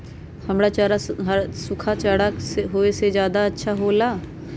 हरा चारा सूखा चारा से का ज्यादा अच्छा हो ला?